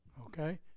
Okay